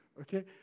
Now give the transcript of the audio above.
okay